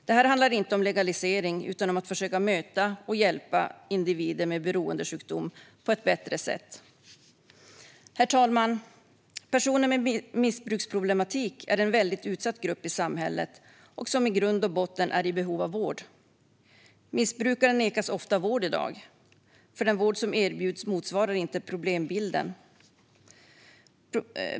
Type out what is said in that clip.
Det här handlar inte om legalisering, utan om att försöka möta och hjälpa individer med beroendesjukdom på ett bättre sätt. Herr talman! Personer med missbruksproblematik är en utsatt grupp i samhället, som i grund och botten är i behov av vård. Missbrukaren nekas i dag ofta vård, för den vård som erbjuds motsvarar inte problembilden.